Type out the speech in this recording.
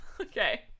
Okay